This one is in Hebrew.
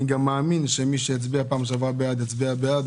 אני מאמין שמי שהצביע בפעם שעבר בעד יצביע גם עכשיו בעד,